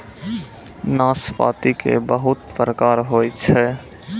नाशपाती के बहुत प्रकार होय छै